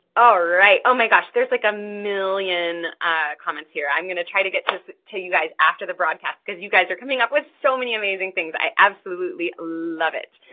alright, oh my gosh, there's like a million comments here, i'm gonna try to get to you guys after the broadcast cause you guys are coming up with so many amazing things, i absolutely love it.